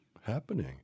happening